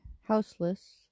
houseless